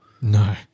no